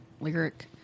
lyric